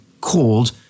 called